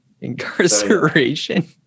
Incarceration